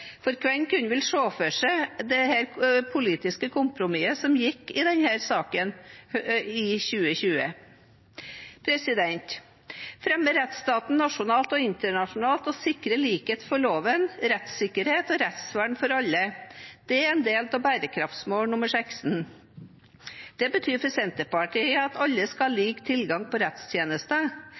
for hvem kunne vel se for seg det politiske kompromisset som skjedde i denne saken i 2020. Å fremme rettsstaten nasjonalt og internasjonalt og sikre likhet for loven, rettssikkerhet og rettsvern for alle, er en del av bærekraftsmål nr. 16. Det betyr for Senterpartiet at alle skal ha lik tilgang til rettstjenester.